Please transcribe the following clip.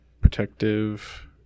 protective